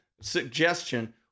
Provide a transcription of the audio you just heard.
suggestion